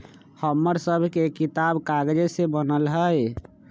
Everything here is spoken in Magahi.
हमर सभके किताब कागजे से बनल हइ